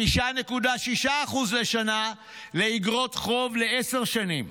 5.6% לשנה לאיגרות חוב לעשר שנים,